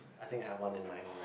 I think I have one in mind already